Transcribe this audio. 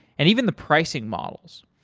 and even the pricing models.